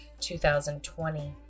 2020